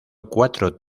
cuatro